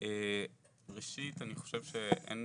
ראשית אני חושב שאין